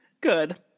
good